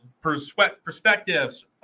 perspectives